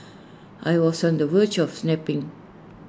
I was on the verge of snapping